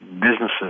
Businesses